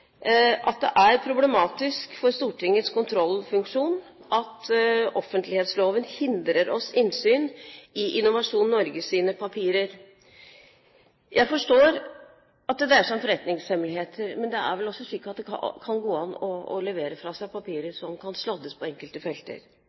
Det er problematisk for Stortingets kontrollfunksjon at offentlighetsloven hindrer oss innsyn i Innovasjon Norges papirer. Jeg forstår at det dreier seg om forretningshemmeligheter, men det er vel også slik at det kan gå an å levere fra seg papirer som kan sladdes på enkelte felter.